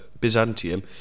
Byzantium